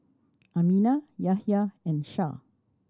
Aminah Yahya and Shah